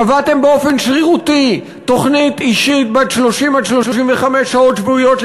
קבעתם באופן שרירותי תוכנית אישית בת 30 35 שעות שבועיות,